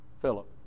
Philip